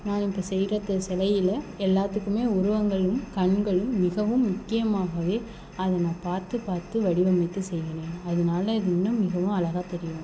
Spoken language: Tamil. நான் இப்போ செய்யிற சிலையில் எல்லாத்துக்குமே உருவங்களும் கண்களும் மிகவும் முக்கியமாகவே அதை நான் பார்த்து பார்த்து வடிவமைத்து செய்வேன் அதனால இது இன்னும் மிகவும் அழகாக தெரியும்